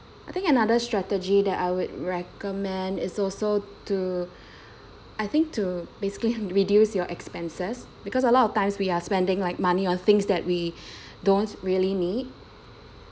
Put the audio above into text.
I think another strategy that I would recommend is also to I think to basically reduce your expenses because a lot of times we are spending like money on things that we don't really need